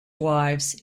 wives